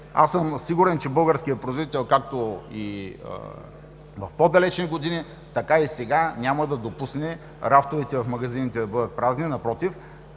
аз съм сигурен, че българският производител както в по-далечни години, така и сега няма да допусне рафтовете в магазините да бъдат празни. Напротив,